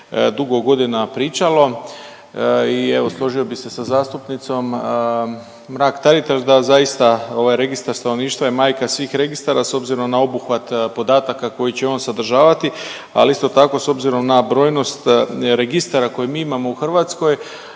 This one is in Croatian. dugo godina pričalo i evo, složio bih se sa zastupnicom Mrak-Taritaš da zaista ovaj Registar stanovništva je majka svih registara s obzirom na obuhvat podataka koji će on sadržavati, ali isto tako, s obzirom na brojnost registara koje mi imamo u Hrvatskoj